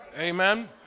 Amen